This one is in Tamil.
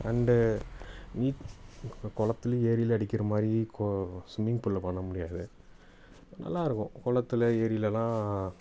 அண்டு நீச் கொ குளத்துலியும் ஏரிலேயும் அடிக்கிற மாதிரி கொ சும்மிங் பூலில் பண்ண முடியாது நல்லா இருக்கும் குளத்துல ஏரிலெல்லாம்